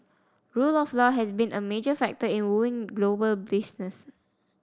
rule of law has been a major factor in wooing global business